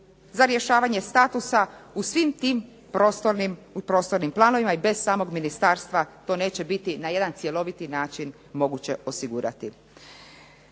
za rješavanje statusa u svim tim prostornim planovima i bez samog ministarstva to neće biti na jedan cjeloviti način moguće osigurati.